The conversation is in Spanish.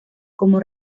como